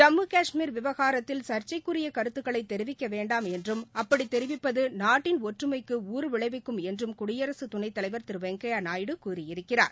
ஜம்மு காஷ்மீர் விவகாரத்தில் சர்ச்சைக்குரிய கருத்துக்களை தெரிவிக்கவேண்டாம் என்றும் அப்படி தெரிவிப்பது நாட்டின் ஒற்றுமைக்கு ஊறுவிளைவிக்கும் என்று குடியரக துணைத் தலைவர் திரு வெங்கைய நாயுடு கூறியிருக்கிறார்